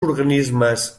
organismes